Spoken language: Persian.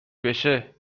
بشه